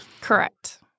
Correct